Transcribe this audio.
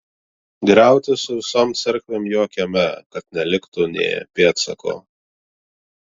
griauti su visom cerkvėm jo kieme kad neliktų nė pėdsako